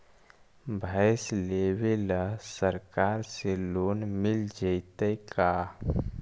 भैंस लेबे ल सरकार से लोन मिल जइतै का?